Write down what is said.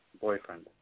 boyfriend